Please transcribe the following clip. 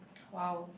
!wow!